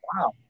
Wow